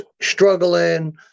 struggling